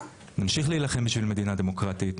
נמשיך להילחם בשביל מדינה דמוקרטית,